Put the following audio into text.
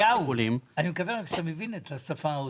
אליהו, אני מקווה רק שאתה מבין את השפה האוצרית.